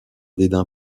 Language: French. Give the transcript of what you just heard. dédain